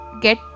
get